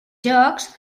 jocs